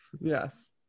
Yes